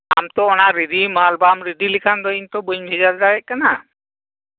ᱟᱢ ᱛᱚ ᱚᱱᱟ ᱢᱟᱞ ᱵᱟᱢ ᱨᱮᱰᱤ ᱞᱮᱠᱷᱟᱱ ᱛᱚ ᱤᱧ ᱫᱚ ᱵᱟᱹᱧ ᱵᱷᱮᱡᱟ ᱫᱟᱲᱮᱭᱟᱜ ᱠᱟᱱᱟ